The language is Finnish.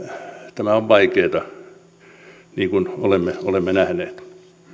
tämä on vaikeaa niin kuin olemme olemme nähneet